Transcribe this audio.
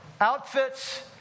outfits